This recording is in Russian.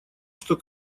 что